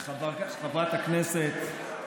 חברת הכנסת